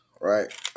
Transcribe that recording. right